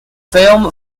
film